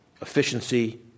Efficiency